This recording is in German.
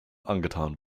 angetan